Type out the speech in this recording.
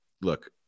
look